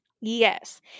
Yes